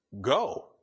Go